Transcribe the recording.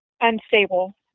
unstable